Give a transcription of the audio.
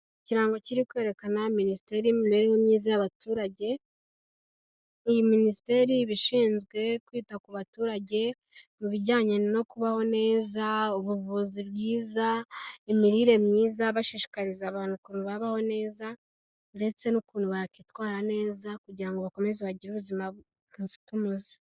Ikirango kiri kwerekana Minisiteri y'imibereho myiza y'abaturage, iyi minisiteri ishinzwe kwita ku baturage mu bijyanye no kubaho neza, ubuvuzi bwiza, imirire myiza, bashishikariza abantu kurebaho neza, ndetse n'ukuntu bakwitwara neza kugira ngo bakomeze bagire ubuzima bufite umuze.